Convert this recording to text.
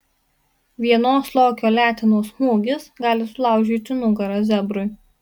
vienos lokio letenos smūgis gali sulaužyti nugarą zebrui